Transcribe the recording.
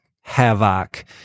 havoc